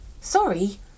Sorry